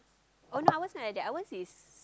oh no ours not like that ours is